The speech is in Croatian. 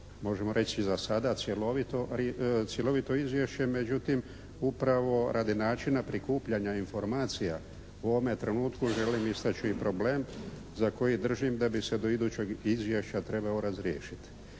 možemo reći za sada cjelovito izvješće, međutim upravo radi načina prikupljanja informacija u ovome trenutku želim istaći problem za koji držim da bi se do idućeg izvješća trebao razriješiti.